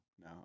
No